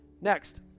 Next